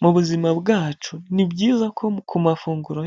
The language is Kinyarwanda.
Mu buzima bwacu, ni byiza ko ku mafunguro